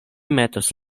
metos